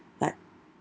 like